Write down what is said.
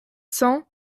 cents